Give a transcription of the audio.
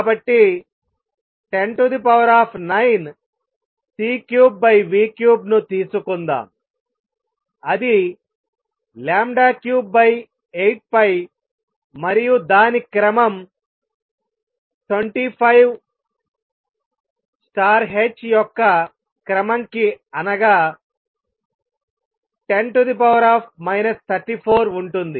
కాబట్టి 109c33 ను తీసుకుందాం అది 38π మరియు దాని క్రమం 25 h యొక్క క్రమం కి అనగా 10 34ఉంటుంది